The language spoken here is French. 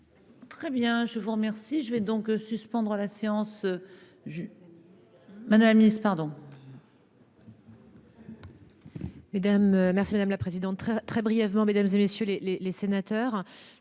Très bien je vous remercie. Je vais donc suspendre la séance. Je. Madame pardon.